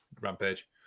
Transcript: Rampage